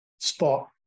spot